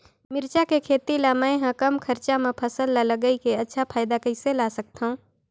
मिरचा के खेती ला मै ह कम खरचा मा फसल ला लगई के अच्छा फायदा कइसे ला सकथव?